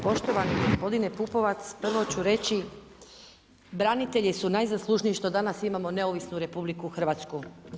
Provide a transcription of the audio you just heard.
Poštovani gospodine Pupovac, prvo ću reći branitelji su najzaslužniji što danas imamo neovisnu Republiku Hrvatsku.